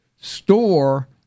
store